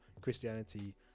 christianity